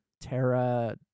Terra